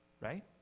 Right